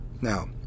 Now